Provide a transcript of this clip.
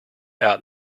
out